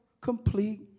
complete